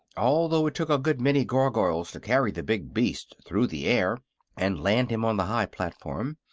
although it took a good many gargoyles to carry the big beast through the air and land him on the high platform,